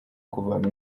kuvana